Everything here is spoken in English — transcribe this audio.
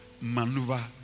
maneuver